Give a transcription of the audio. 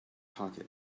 pocket